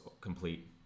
complete